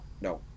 no